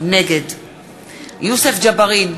נגד יוסף ג'בארין,